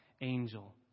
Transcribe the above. angel